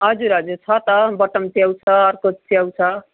हजुर हजुर छ त बटम च्याउ छ अर्को च्याउ छ